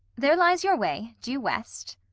there lies your way, due west.